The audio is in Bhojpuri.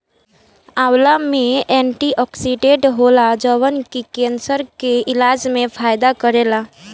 आंवला में एंटीओक्सिडेंट होला जवन की केंसर के इलाज में फायदा करेला